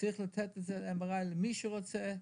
צריך לתת MRI למי שרוצה,